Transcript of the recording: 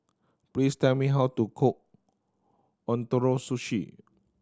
please tell me how to cook Ootoro Sushi